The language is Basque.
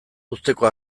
uzteko